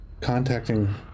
contacting